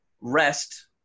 rest